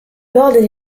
bordent